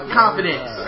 confidence